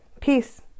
Peace